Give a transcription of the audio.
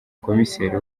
komiseri